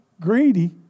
greedy